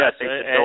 yes